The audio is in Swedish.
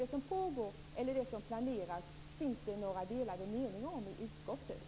Det finns inte några delade meningar i utskottet om vare sig det som pågår eller det som planeras.